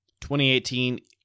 2018